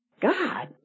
God